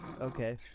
okay